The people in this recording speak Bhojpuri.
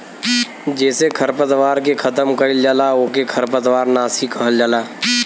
जेसे खरपतवार के खतम कइल जाला ओके खरपतवार नाशी कहल जाला